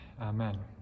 Amen